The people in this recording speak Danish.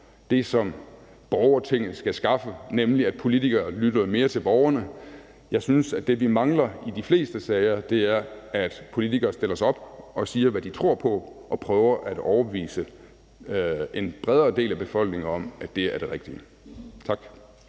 det, som borgertinget skal skaffe, nemlig at politikere lytter mere til borgerne. Jeg synes, at det vi mangler i de fleste sager, er, at politikere stiller sig op og siger, hvad de tror på, og prøver at overbevise en bredere del af befolkningen om, at det er det rigtige.